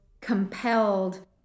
compelled